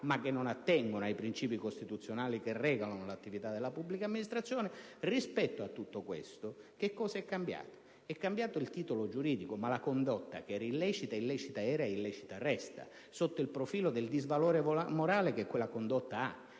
ma che non attengono ai principi costituzionali che regolano l'attività della pubblica amministrazione. Rispetto a tutto questo, che cosa è cambiato? È cambiato il titolo giuridico, ma la condotta che era illecita, tale era e tale resta sotto il profilo del suo disvalore morale, perché non vi